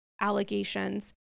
allegations